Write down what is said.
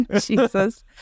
Jesus